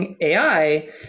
ai